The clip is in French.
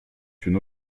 une